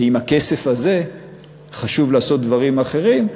ובכסף הזה חשוב לעשות דברים אחרים,